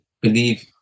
believe